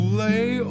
lay